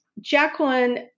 Jacqueline